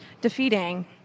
defeating